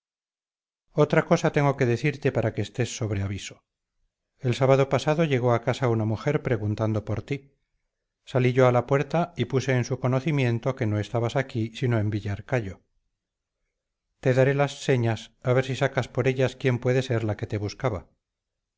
otra cosa tengo que decirte para que estés sobre aviso el sábado pasado llegó a casa una mujer preguntando por ti salí yo a la puerta y puse en su conocimiento que no estabas aquí sino en villarcayo te daré las señas a ver si sacas por ellas quién puede ser la que te buscaba